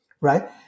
Right